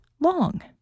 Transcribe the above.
long